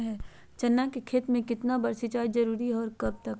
चना के खेत में कितना बार सिंचाई जरुरी है और कब कब?